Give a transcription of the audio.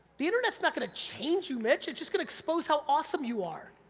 the internet's not gonna change you, mitch, it's just gonna expose how awesome you are!